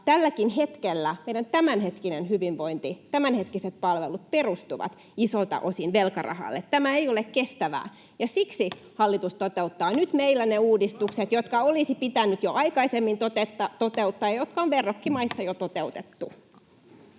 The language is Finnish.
tälläkin hetkellä meidän tämänhetkinen hyvinvointi, tämänhetkiset palvelut, perustuvat isolta osin velkarahalle. Tämä ei ole kestävää, ja siksi hallitus toteuttaa nyt meillä ne uudistukset, jotka olisi pitänyt jo aikaisemmin toteuttaa ja jotka on verrokkimaissa jo toteutettu.